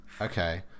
Okay